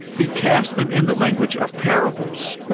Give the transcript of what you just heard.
he cast them in the language of parables.